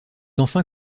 enfin